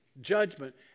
judgment